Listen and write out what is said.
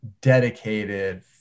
Dedicated